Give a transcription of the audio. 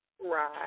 Right